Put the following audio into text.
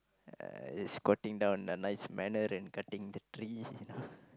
uh he's squatting down in a nice manner and cutting the tree